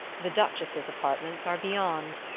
the duchess's apartments are beyond,